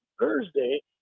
Thursday